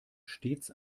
stets